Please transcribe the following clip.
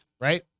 Right